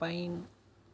pine